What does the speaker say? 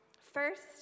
First